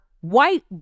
white